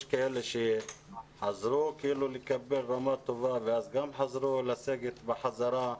יש כאלה שחזרו לקבל רמה טובה ואז גם חזרו לסגת בחזרה.